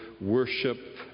worship